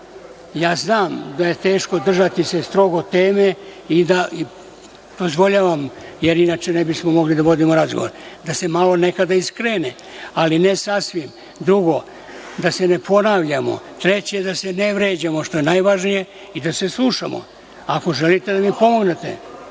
znam da je teško držati se strogo teme i dozvoljavam, jer inače ne bismo mogli da vodimo razgovor, da se nekada malo i skrene, ali ne sasvim. Drugo, da se ne ponavljamo. Treće, da se ne vređamo, što je najvažnije, i da se slušamo, ako želite da mi pomognete. Ko